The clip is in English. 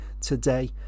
today